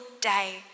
day